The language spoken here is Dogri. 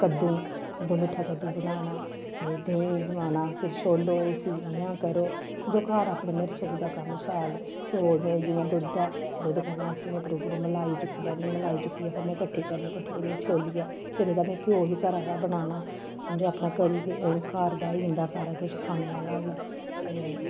कद्दू कद्दू मिट्ठा कद्दू बनाना ते देहीं जमाना फिर छोलो उस्सी इ'यां करो जो घर अपने में रसोई दा कम्म शैल घ्यो में जि'यां दुद्ध ऐ दुद्ध कन्नै अस इ'यां उप्परों उप्परों मलाई चुक्की लैन्नी मलाई चुक्कियै फिर में किट्ठी करनी कट्ठी करियै छोलियै फिर ओह्दा में घ्यो बी घरा दा बनाना समझो अपना करियै घार दा होई जंदा सारा किश खाने आहला बी ते